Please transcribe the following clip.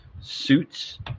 suits